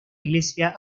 iglesia